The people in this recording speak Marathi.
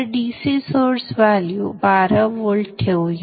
तर DC सोर्स व्हॅल्यू 12 व्होल्ट ठेवूया